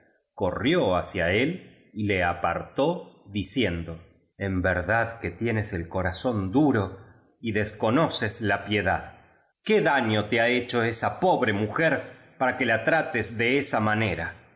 corrió hacia el y le apartó diciendo en verdad que tienes el corazón duro y desconoces la piedad qué daño te lia hecho esa pobre mujer para que la trates de esa manera